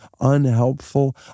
unhelpful